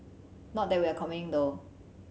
not that we are complaining though